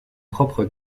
propre